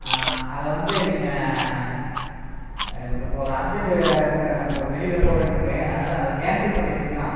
அதை வந்து நீங்கள் ஒரு அர்ஜெண்ட் வெளியில போகவேண்டி இருக்குது அதனால் அதை கேன்சல் பண்ணிடுறீங்களா